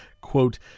quote